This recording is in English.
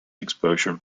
exposure